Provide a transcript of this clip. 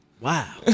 wow